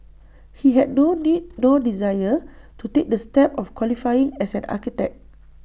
he had no need nor desire to take the step of qualifying as an architect